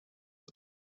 het